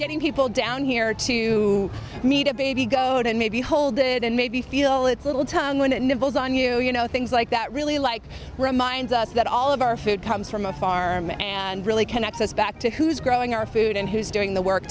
getting people down here to meet a baby goat and maybe hold it and maybe feel its little tongue when it nibbled on you you know things like that really like reminds us that all of our food comes from a farm and really connects us back to who's growing our food and who's doing the work